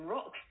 Rock